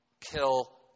kill